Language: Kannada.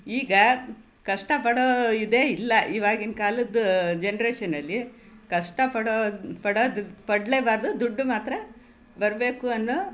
ಈಗ ಕಷ್ಟ ಪಡೋ ಇದೇ ಇಲ್ಲ ಇವಾಗಿನ ಕಾಲದ ಜನ್ರೇಷನಲ್ಲಿ ಕಷ್ಟ ಪಡೋ ಪಡೋದಿದ್ದು ಪಡಲೇಬಾರ್ದು ದುಡ್ಡು ಮಾತ್ರ ಬರಬೇಕು ಅನ್ನೋ